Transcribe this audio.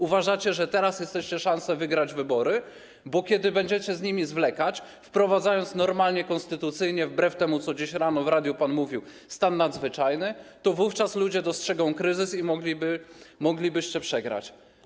Uważacie, że teraz jest jeszcze szansa wygrać wybory, bo kiedy będziecie z nimi zwlekać, wprowadzając normalnie, konstytucyjnie, wbrew temu, co dziś rano w radiu pan mówił, stan nadzwyczajny, wówczas ludzie dostrzegą kryzys i moglibyście przegrać.